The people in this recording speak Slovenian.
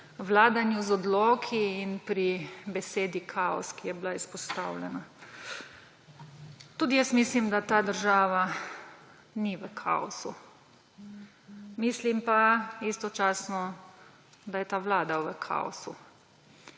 vladanju z odloki in pri besedi kaos, ki je bila izpostavljena. Tudi jaz mislim, da ta država ni v kaosu, mislim pa istočasno, da je ta vlada v kaosu.